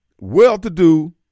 well-to-do